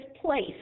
place